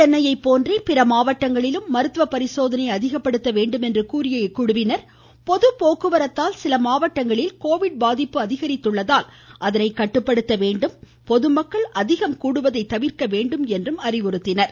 சென்னையை போன்றே பிற மாவட்டங்களிலும் மருத்துவ பரிசோதனையை அதிகப்படுத்த வேண்டும் என்று கூறிய இக்குழுவினர் பொதுப்போக்குவரத்தால் சில மாவட்டங்களில் கோவிட் பாதிப்பு அதிகரித்துள்ளதால் அதனை கட்டுப்படுத்த வேண்டும் பொதுமக்கள் அதிகம் கூடுவதை தவிர்க்க வேண்டும் என்றும் அறிவுறுத்தினர்